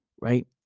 right